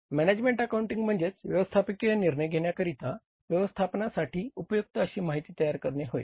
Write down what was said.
management accounting म्हणजे व्यवस्थापकीय निर्णय घेण्याकरिता व्यवस्थापनासाठी उपयुक्त अशी माहिती तयार करणे होय